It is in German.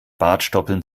bartstoppeln